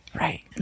Right